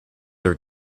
are